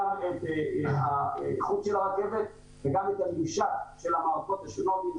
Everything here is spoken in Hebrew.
את האיכות של הרכבת וגם את הממשק של המערכות השונות,